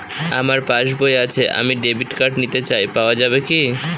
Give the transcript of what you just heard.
আমার পাসবই আছে আমি ডেবিট কার্ড নিতে চাই পাওয়া যাবে কি?